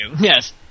yes